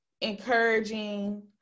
encouraging